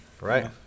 right